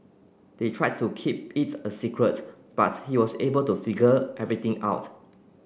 they tried to keep it a secret but he was able to figure everything out